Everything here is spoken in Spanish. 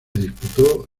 disputó